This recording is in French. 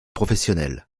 professionnel